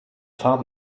fahrt